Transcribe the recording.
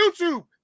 YouTube